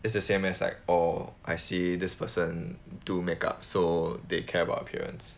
is the same as like oh I see this person do make up so they care about appearance